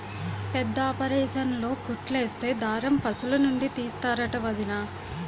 పెద్దాపరేసన్లో కుట్లేసే దారం పశులనుండి తీస్తరంట వొదినా